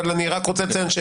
אבל אני רק רוצה לציין,